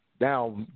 now